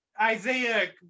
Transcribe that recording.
Isaiah